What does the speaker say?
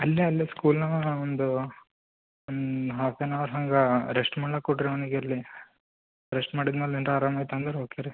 ಅಲ್ಲೇ ಅಲ್ಲೆ ಸ್ಕೂಲಿನಾಗ ಒಂದು ಒಂದು ಹಾಫ್ ಆನ್ ಅವರ್ ಹಂಗೆ ರೆಸ್ಟ್ ಮಾಡ್ಲಕ್ಕೆ ಕೊಡಿ ರಿ ಅವ್ನಿಗೆ ಅಲ್ಲಿ ರೆಸ್ಟ್ ಮಾಡಿದ ಮೇಲೆ ಏನರ ಆರಾಮ ಆಯ್ತಂದರೆ ಓಕೆ ರೀ